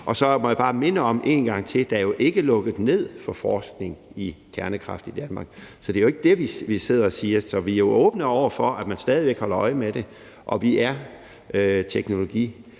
Så må jeg bare en gang til minde om, at der jo ikke er lukket ned for forskning i kernekraft i Danmark. Det er jo ikke det, vi sidder og siger. Så vi er åbne over for, at man stadig væk holder øje med det, og vi er teknologineutrale